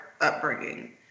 upbringing